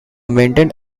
maintained